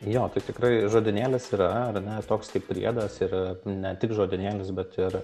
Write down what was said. jo tai tikrai žodynėlis yra ar ne toks priedas ir ne tik žodynėlis bet ir